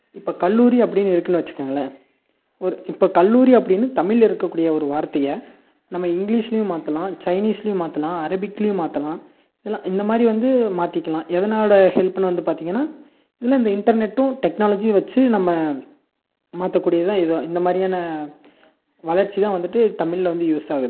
இப்போ கல்லூரி அப்படின்னு இருக்குன்னு வச்சிக்கோங்களன் ஓரு இப்போ கல்லூரி அப்டின்னு தமிழில் இருக்கக்கூடிய ஒரு வார்த்தையை நம்ம இங்கிலீஷ்லையும் மாற்றலாம் சைனீஸ்லையும் மாற்றலாம் அரபிக்லையும் மாற்றலாம் இதெலாம் இந்த மாதிரி வந்து மாற்றிக்கிலாம் எதனோடய ஹெல்ப்புன்னு வந்து பார்த்தீங்கனா இதில் இந்த இன்டர்நெட்டும் டெக்னாலஜியும் வச்சு நம்ம மாற்றக்கூடியது தான் இதோ இந்த மாதிரியான வளர்ச்சி தான் வந்துட்டு தமிழில் வந்து யூஸ்சாகுது